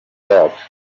yacu